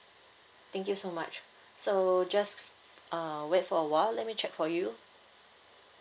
thank you so much so just uh wait for a while let me check for you